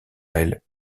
elle